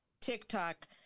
TikTok